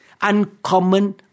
uncommon